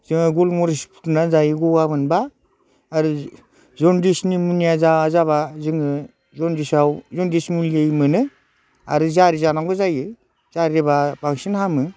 जोङो गलमरिस फुदुंना जायो गगा मोनबा आरो जन्दिस निम'निया जाबा जोङो जन्दिसाव जन्दिस मुलि मोनो आरो जारि जानांगौ जायो जारिबा बांसिन हामो